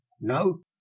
no